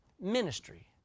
Ministry